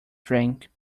drink